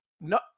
No